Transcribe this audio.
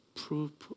proof